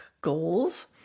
goals